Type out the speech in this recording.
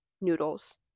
noodles